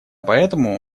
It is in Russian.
поэтому